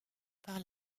par